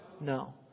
No